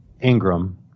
Ingram